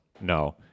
No